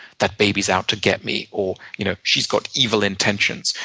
that baby's out to get me, or you know she's got evil intentions.